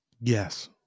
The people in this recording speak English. Yes